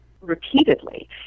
repeatedly